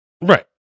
Right